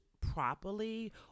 properly